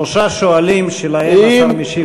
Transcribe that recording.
שלושה שואלים שלהם השר משיב.